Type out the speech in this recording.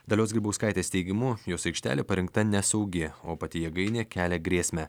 dalios grybauskaitės teigimu jos aikštelė parinkta nesaugi o pati jėgainė kelia grėsmę